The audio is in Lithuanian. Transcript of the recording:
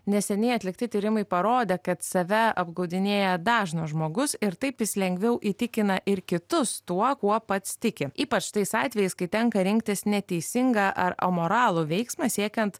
neseniai atlikti tyrimai parodė kad save apgaudinėja dažnas žmogus ir taip jis lengviau įtikina ir kitus tuo kuo pats tiki ypač tais atvejais kai tenka rinktis neteisingą ar amoralų veiksmą siekiant